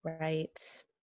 Right